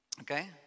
okay